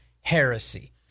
heresy